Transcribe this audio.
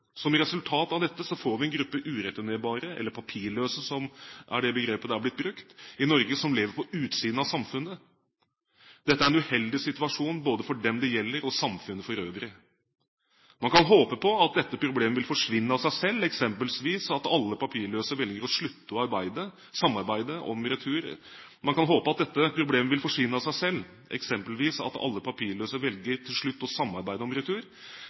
Som resultat av dette får vi i Norge en gruppe ureturnerbare – eller papirløse, som er det begrepet som er blitt brukt – som lever på utsiden av samfunnet. Dette er en uheldig situasjon, både for dem det gjelder, og for samfunnet for øvrig. Man kan håpe at dette problemet vil forsvinne av seg selv, eksempelvis at alle papirløse velger til slutt å samarbeide om retur